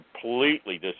completely